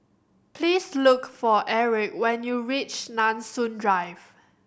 please look for Aric when you reach Nanson Drive